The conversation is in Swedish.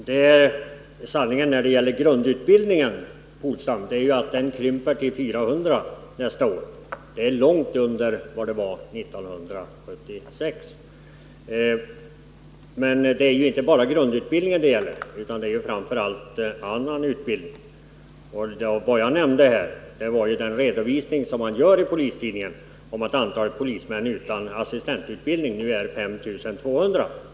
Herr talman! Sanningen när det gäller grundutbildningen, Åke Polstam, är att antalet platser där krymper till 400 nästa år. Det är långt under det antal platser som fanns 1976. Men det är ju inte bara grundutbildningen det gäller utan framför allt annan utbildning. Vad jag nämnde var att man i Polistidningen redovisar att antalet polismän utan assistentutbildning nu är 5200.